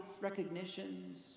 recognitions